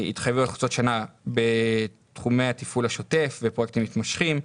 התחייבויות חוצות שנה בתחומי התפעול השוטף ופרויקטים מתמשכים,